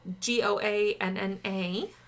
G-O-A-N-N-A